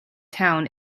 town